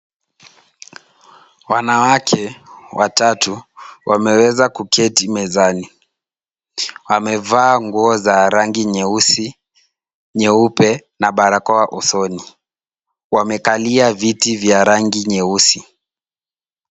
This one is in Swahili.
Wanawake watatu wameweza kuketi mezani. Wamevaa nguo za rangi nyeusi, nyeupe na barakoa usoni. Wamekalia viti vya rangi nyeusi.